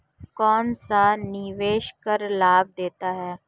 कौनसा निवेश कर लाभ देता है?